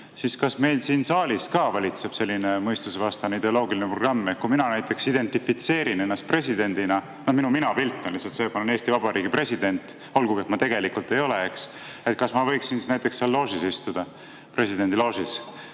siis kas meil siin saalis ka valitseb selline mõistusevastane ideoloogiline programm. Kui mina näiteks identifitseerin ennast presidendina, minu minapilt on lihtsalt see, et ma olen Eesti Vabariigi president, olgugi et ma tegelikult ei ole, kas ma võiksin näiteks seal loožis istuda, presidendi loožis?